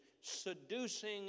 seducing